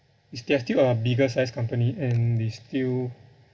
still have two uh bigger size company and we still